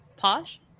posh